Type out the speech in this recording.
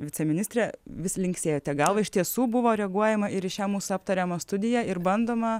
viceministre vis linksėjote galvą iš tiesų buvo reaguojama ir į šią mūsų aptariamą studiją ir bandoma